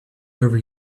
over